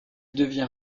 devient